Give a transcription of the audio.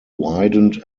widened